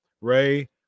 ray